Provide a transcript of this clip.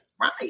Right